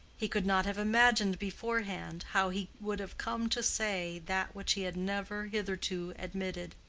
he could not have imagined beforehand how he would have come to say that which he had never hitherto admitted.